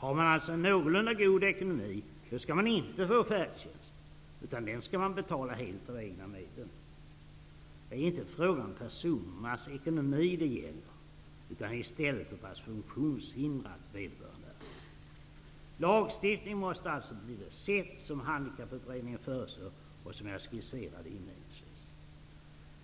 Han man alltså en någorlunda god ekonomi skall man inte få färdtjänst, utan då skall man betala helt med egna medel. Det är inte fråga om personernas ekonomi. I stället handlar det om hur pass funktionshindrad vederbörande är. När det gäller lagstiftningen måste det alltså bli på det sätt som Handikapputredningen föreslår och som jag inledningsvis skisserade.